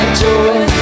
joy